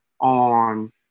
on